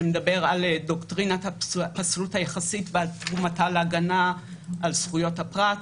שמדבר על דוקטרינת הפסלות היחסית ותרומתה להגנה על זכויות הפרט.